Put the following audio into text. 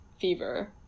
fever